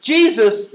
Jesus